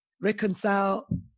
reconcile